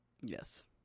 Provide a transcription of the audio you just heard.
Yes